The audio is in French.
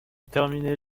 terminer